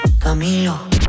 Camilo